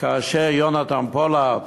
כאשר יונתן פולארד,